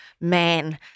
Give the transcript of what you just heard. man